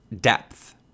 depth